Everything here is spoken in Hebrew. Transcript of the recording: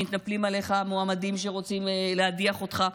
מתנפלים עליך המועמדים שרוצים להדיח אותך.